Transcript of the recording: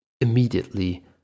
Immediately